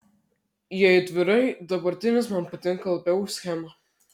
jei atvirai dabartinis man patinka labiau už schemą